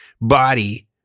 body